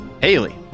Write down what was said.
Haley